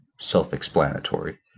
self-explanatory